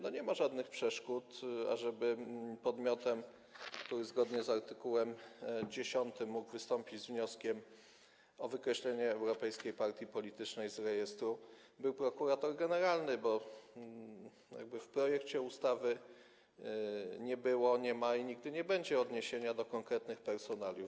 Nie ma żadnych przeszkód, ażeby podmiotem, który zgodnie z art. 10 może wystąpić z wnioskiem o wykreślenie europejskiej partii politycznej z rejestru, był prokurator generalny, bo w projekcie ustawy nie było, nie ma i nigdy nie będzie odniesienia do konkretnych personaliów.